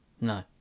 No